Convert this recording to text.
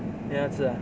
你要吃啊